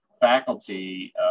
faculty